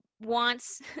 wants